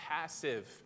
passive